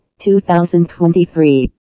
2023